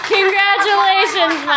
Congratulations